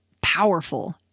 powerful